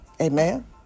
Amen